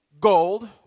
gold